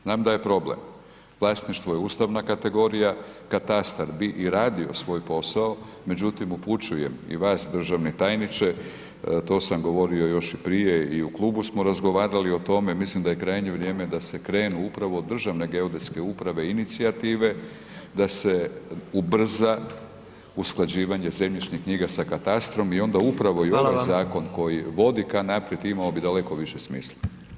Znam da je problem, vlasništvo je ustavna kategorija, katastar bi i radio svoj posao, međutim upućujem i vas državni tajniče, to sam govorio još i prije i u klubu smo razgovarali o tome, mislim da je krajnje vrijeme da se krene upravo od Državne geodetske uprave inicijative da se ubrza usklađivanje zemljišnih knjiga sa katastrom i onda upravo i ovaj zakon vodi k naprijed imao bi daleko više smisla.